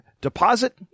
deposit